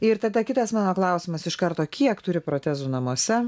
ir tada kitas mano klausimas iš karto kiek turi protezų namuose